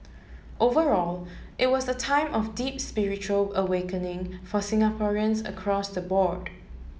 overall it was a time of deep spiritual awakening for Singaporeans across the board